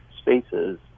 spaces